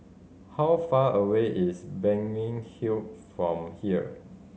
how far away is Balmeg Hill from here